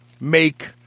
make